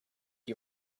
you